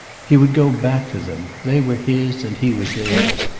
he would go back to them. they were his and he was theirs.